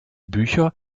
bücher